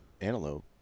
antelope